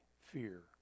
fear